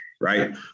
Right